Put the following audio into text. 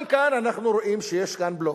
גם כאן אנחנו רואים שיש בלוף.